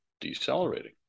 decelerating